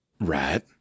Right